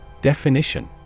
Definition